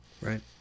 Right